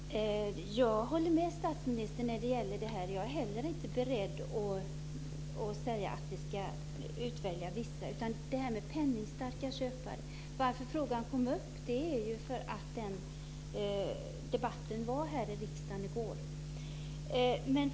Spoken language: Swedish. Fru talman! Jag håller med statsministern. Jag är inte heller beredd att säga att vi ska välja ut vissa, utan det gäller just de penningstarka köparna. Anledningen till att frågan kom upp är debatten här i riksdagen i går.